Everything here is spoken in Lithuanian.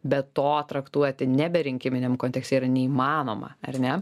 be to traktuoti nebe rinkiminiam kontekste yra neįmanoma ar ne